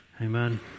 Amen